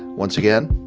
once again,